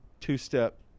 two-step